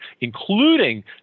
including